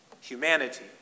Humanity